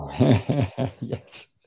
Yes